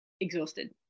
exhausted